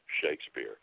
Shakespeare